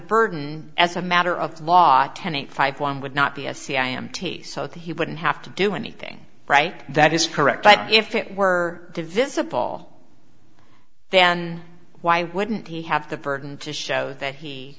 burden as a matter of law tenet five one would not be a c i am taste so he wouldn't have to do anything right that is correct but if it were to visit ball then why wouldn't he have the burden to show that he